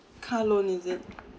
car loan is it